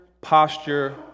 posture